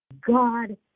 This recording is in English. God